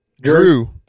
Drew –